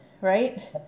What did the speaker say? right